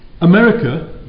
America